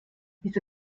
diese